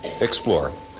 explore